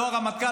לא הרמטכ"ל,